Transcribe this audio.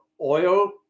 oil